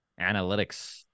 analytics